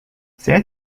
saya